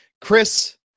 chris